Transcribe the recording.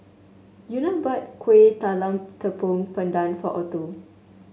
Euna bought Kuih Talam Tepong Pandan for Otho